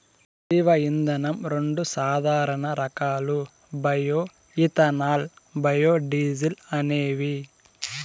జీవ ఇంధనం రెండు సాధారణ రకాలు బయో ఇథనాల్, బయోడీజల్ అనేవి